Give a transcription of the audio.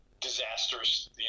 disastrous